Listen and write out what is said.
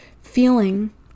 feeling